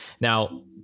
Now